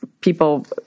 people